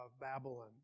Babylon